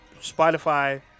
Spotify